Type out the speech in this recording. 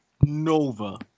Nova